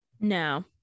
no